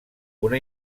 una